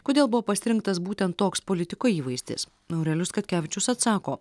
kodėl buvo pasirinktas būtent toks politiko įvaizdis aurelijus katkevičius atsako